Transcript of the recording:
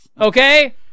Okay